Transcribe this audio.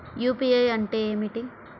UPI అంటే ఏమిటీ?